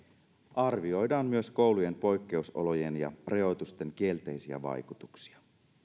arvioidaan myös koulujen poikkeusolojen ja rajoitusten kielteisiä vaikutuksia